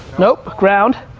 nope, ground.